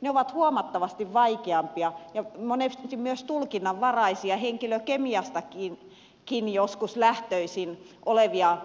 ne ovat huomattavasti vaikeampia ja monesti myös tulkinnanvaraisia henkilökemiastakin joskus lähtöisin olevia